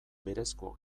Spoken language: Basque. berezko